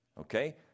okay